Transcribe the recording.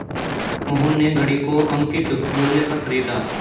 मोहन ने घड़ी को अंकित मूल्य पर खरीदा